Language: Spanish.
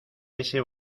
ese